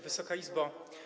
Wysoka Izbo!